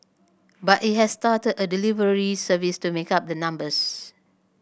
but it has started a delivery service to make up the numbers